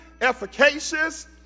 efficacious